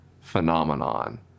phenomenon